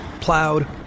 plowed